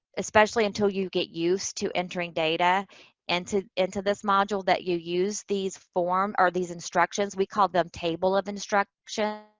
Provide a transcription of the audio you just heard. especially until you get used to entering data and into this module, that you use these form, or these instructions. we call them table of instructions.